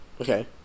Okay